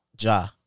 Ja